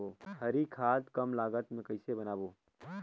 हरी खाद कम लागत मे कइसे बनाबो?